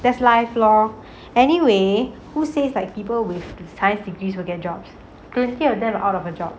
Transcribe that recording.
that's life loh anyway who says like people with other degrees will get jobs plenty of them are out of a job